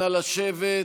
נא לשבת.